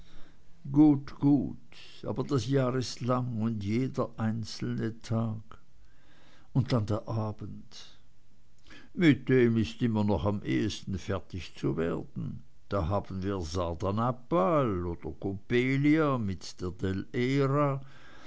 gut gut aber das jahr ist lang und jeder einzelne tag und dann der abend mit dem ist immer noch am ehesten fertig zu werden da haben wir sardanapal oder coppelia mit der